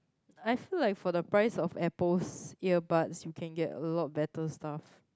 I feel like for the price of Apple's earbuds you can get a lot better stuff